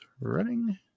running